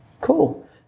Cool